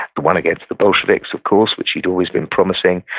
the one against the bolsheviks, of course, which he'd always been promising,